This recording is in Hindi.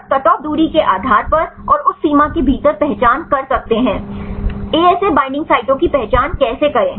बस कट ऑफ दूरी के आधार पर और उस सीमा के भीतर पहचान कर सकते हैं एएसए बैंडिंग साइटों की पहचान कैसे करें